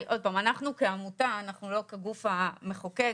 אנחנו כעמותה, אנחנו לא כגוף המחוקק.